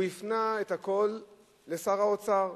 הוא הפנה את הכול לשר האוצר,